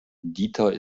dieter